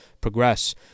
progress